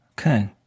Okay